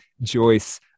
Joyce